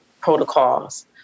protocols